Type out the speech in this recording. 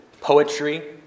poetry